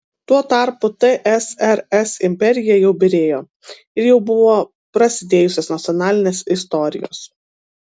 tuo tarpu tsrs imperija jau byrėjo ir jau buvo prasidėjusios nacionalinės istorijos